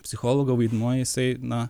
psichologo vaidmuo jisai na